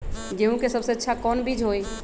गेंहू के सबसे अच्छा कौन बीज होई?